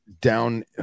down